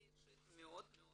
לי אישית מאוד מאוד